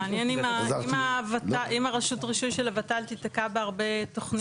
מעניין אם הרשות הרישוי של הוות"ל תיתקע בהרבה תוכנית,